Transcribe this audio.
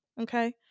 okay